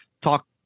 talk